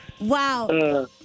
Wow